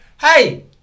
Hey